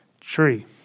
tree